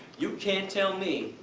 you can't tell me,